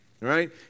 right